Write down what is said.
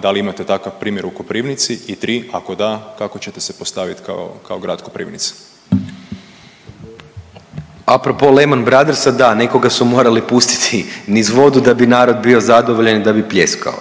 da li imate takav primjer u Koprivnici, i 3, ako da, kako ćete se postaviti kao grad Koprivnica? **Jakšić, Mišel (SDP)** Apropo Lehman Brothersa, da, nekoga su morali pustiti niz vodu da bi narod bio zadovoljan i da bi pljeskao.